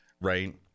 Right